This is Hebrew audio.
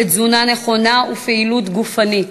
לתזונה נכונה ולפעילות גופנית.